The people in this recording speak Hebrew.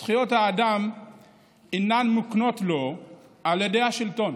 זכויות האדם אינן מוקנות לו על ידי השלטון,